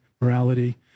morality